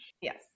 Yes